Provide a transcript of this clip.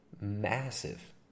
massive